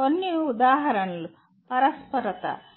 కొన్ని ఉదాహరణలు "పరస్పరత"